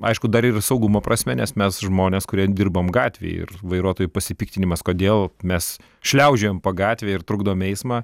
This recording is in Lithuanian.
aišku dar ir saugumo prasme nes mes žmonės kurie dirbam gatvėj ir vairuotojų pasipiktinimas kodėl mes šliaužiojam po gatvę ir trukdom eismą